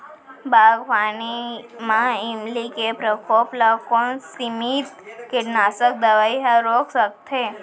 बागवानी म इल्ली के प्रकोप ल कोन सीमित कीटनाशक दवई ह रोक सकथे?